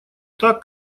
так